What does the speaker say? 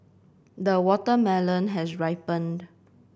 the watermelon has ripened